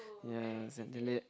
ya